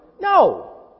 No